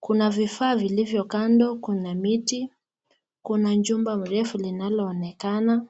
Kuna vifaa vilivyo kando Kuna miti, Kuna chumba mirefu lenye lanaloonekana.